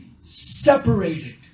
separated